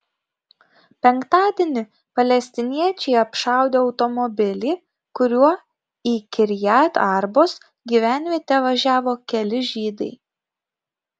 penktadienį palestiniečiai apšaudė automobilį kuriuo į kirjat arbos gyvenvietę važiavo keli žydai